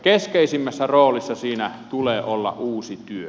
keskeisimmässä roolissa siinä tulee olla uusi työ